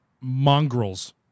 mongrels